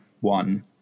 one